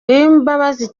uwimbabazi